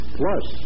plus